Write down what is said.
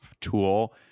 tool